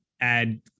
add